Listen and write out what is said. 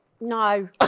No